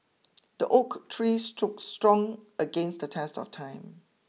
the oak tree stood strong against the test of time